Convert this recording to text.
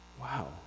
Wow